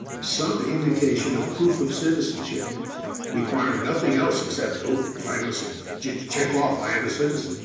some indication of proof of citizenship requiring nothing else except oh, i'm a so check off, i am a citizen,